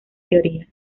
teoría